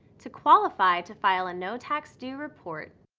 to qualify to file a no tax due report,